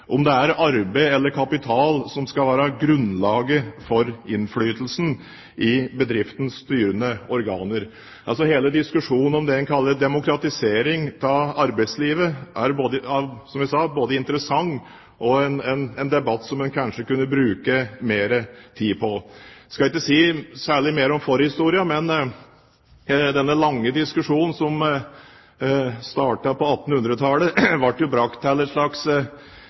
om det er arbeid eller kapital som skal være grunnlaget for innflytelsen i bedriftens styrende organer. Altså: Hele diskusjonen om det en kaller demokratisering av arbeidslivet, er, som jeg sa, både interessant og en debatt som en kanskje kunne bruke mer tid på. Jeg skal ikke si noe særlig mer om forhistorien. Men den lange diskusjonen som startet på 1800-tallet, ble brakt til et slags